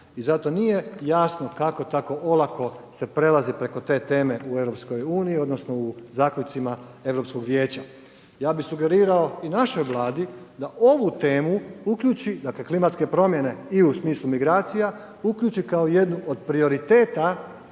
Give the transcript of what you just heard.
i zato nije jasno kako tako olako se prelazi preko te teme u EU odnosno u zaključcima Europskog vijeća. Ja bi sugerirao i našoj Vladi da ovu temu uključi, dakle klimatske promjene i u smislu migracija, uključi kao jednu od prioriteta